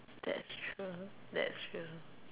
that's true that's true